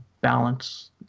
balance